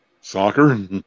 Soccer